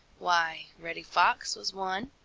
why, reddy fox was one.